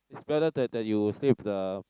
is better that that you sleep the